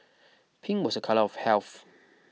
pink was a colour of health